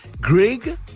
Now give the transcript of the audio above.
Greg